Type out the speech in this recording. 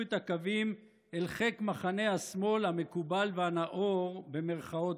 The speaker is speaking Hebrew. את הקווים אל חיק מחנה השמאל "המקובל והנאור" במירכאות,